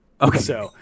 Okay